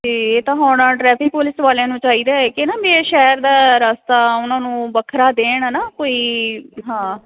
ਅਤੇ ਇਹ ਤਾਂ ਹੁਣ ਟਰੈਫਿਕ ਪੁਲਿਸ ਵਾਲਿਆਂ ਨੂੰ ਚਾਹੀਦਾ ਕਿ ਨਾ ਵੀ ਸ਼ਹਿਰ ਦਾ ਰਸਤਾ ਉਹਨਾਂ ਨੂੰ ਵੱਖਰਾ ਦੇਣ ਹੈ ਨਾ ਕੋਈ ਹਾਂ